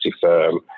firm